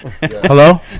Hello